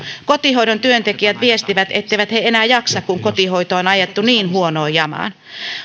kotihoidon työntekijät viestivät etteivät he enää jaksa kun kotihoito on ajettu niin huonoon jamaan